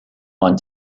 one